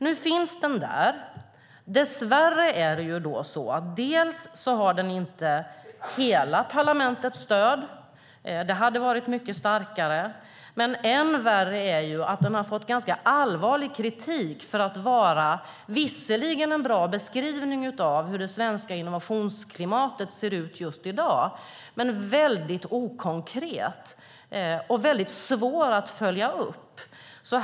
Nu finns den. Dess värre har den inte hela parlamentets stöd - den hade varit mycket starkare med det. Men än värre är att den fått ganska allvarlig kritik för att vara, visserligen en bra beskrivning av hur det svenska innovationsklimatet är just i dag, väldigt okonkret och svår att följa upp.